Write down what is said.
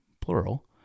plural